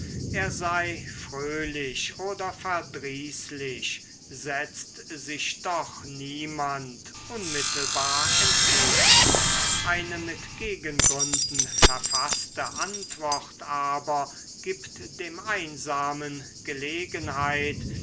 er sei fröhlich oder verdrießlich setz sich doch niemand unmittelbar entgegen eine mit gegengründen verfaßte antwort aber gibt dem einsamen gelegenheit